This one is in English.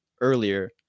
earlier